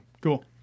Cool